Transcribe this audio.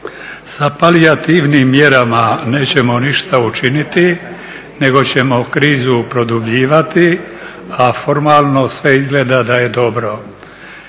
Sa palijativnim mjerama nećemo ništa učiniti, nego ćemo krizu produbljivati, a formalno sve izgleda da je dobro.